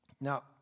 Now